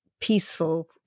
Peaceful